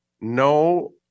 No